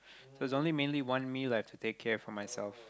so it's only mainly one meal I have to take care for myself